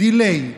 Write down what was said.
delay,